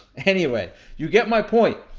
anyway, you get my point.